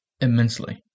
immensely